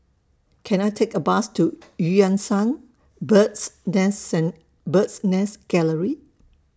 Can I Take A Bus to EU Yan Sang Bird's Nest Bird's Nest Gallery